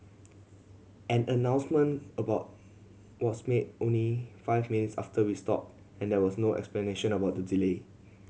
an announcement about was made only five minutes after we stopped and there was no explanation about the delay